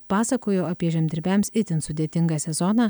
pasakojo apie žemdirbiams itin sudėtingą sezoną